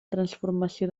transformació